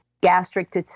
Gastric